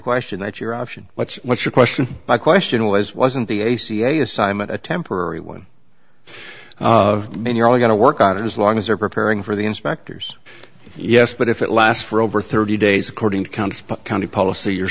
question that you're option what's what's your question my question was wasn't the a c l u assignment a temporary one of men you're only going to work on it as long as they're preparing for the inspectors yes but if it lasts for over thirty days according to counts but county policy you're